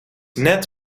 net